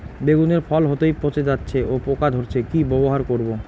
বেগুনের ফল হতেই পচে যাচ্ছে ও পোকা ধরছে কি ব্যবহার করব?